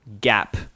gap